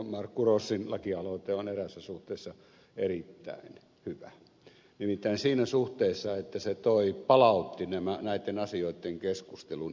markku rossin lakialoite on eräässä suhteessa erittäin hyvä nimittäin siinä suhteessa että se palautti näitten asioitten keskustelun isoon saliin